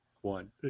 one